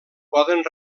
poden